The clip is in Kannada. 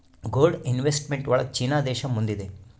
ಗೋಲ್ಡ್ ಇನ್ವೆಸ್ಟ್ಮೆಂಟ್ ಒಳಗ ಚೀನಾ ದೇಶ ಮುಂದಿದೆ